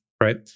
right